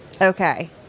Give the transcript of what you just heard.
Okay